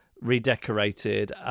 redecorated